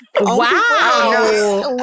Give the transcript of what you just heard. wow